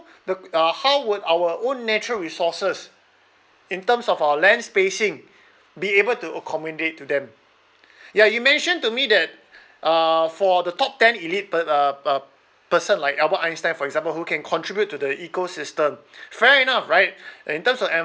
the uh how would our own natural resources in terms of our land spacing be able to accommodate to them ya you mentioned to me that uh for the top ten elite pe~ uh person like albert einstein for example who can contribute to the ecosystem fair enough right in terms of